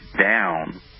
down